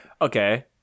Okay